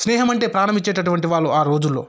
స్నేహం అంటే ప్రాణం ఇచ్చేటటువంటి వాళ్ళు ఆ రోజుల్లో